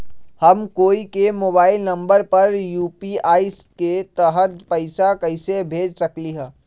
हम कोई के मोबाइल नंबर पर यू.पी.आई के तहत पईसा कईसे भेज सकली ह?